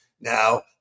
Now